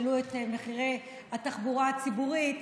העלו את מחירי התחבורה הציבורית,